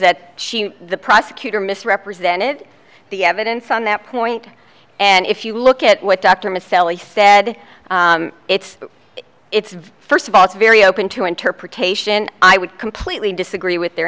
that the prosecutor misrepresented the evidence on that point and if you look at what dr masel he said it's it's first of all it's very open to interpretation i would completely disagree with their